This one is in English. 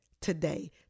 today